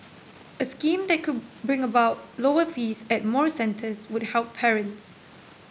a scheme that could bring about lower fees at more centres would help parents